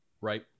right